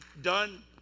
done